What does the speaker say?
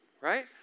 right